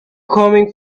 coming